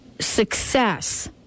success